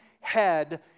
head